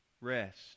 Rest